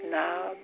now